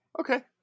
okay